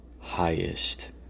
highest